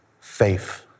faith